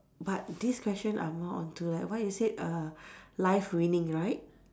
but this question are more onto like what you said err life winning right